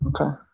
Okay